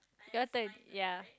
your turn yeah